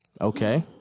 Okay